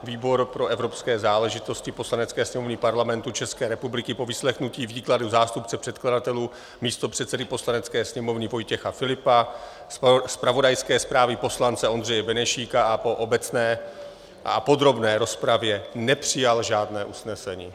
Výbor pro evropské záležitosti Poslanecké sněmovny Parlamentu ČR po vyslechnutí výkladu zástupce předkladatelů, místopředsedy Poslanecké sněmovny Vojtěcha Filipa, zpravodajské zprávě poslance Ondřeje Benešíka a po obecné a podrobné rozpravě nepřijal žádné usnesení.